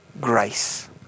grace